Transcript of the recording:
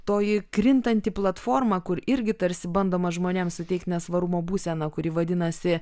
toji krintantį platformą kur irgi tarsi bandoma žmonėms suteikt nesvarumo būseną kuri vadinasi